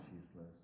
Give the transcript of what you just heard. useless